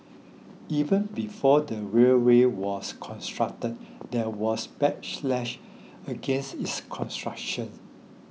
even before the railway was constructed there was backlash against its construction